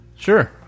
Sure